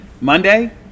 Monday